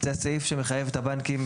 זה הסעיף שמחייב את הבנקים